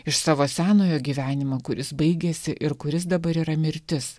iš savo senojo gyvenimo kuris baigėsi ir kuris dabar yra mirtis